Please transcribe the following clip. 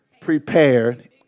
prepared